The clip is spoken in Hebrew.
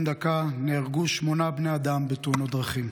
דקה נהרגו שמונה בני אדם בתאונות דרכים.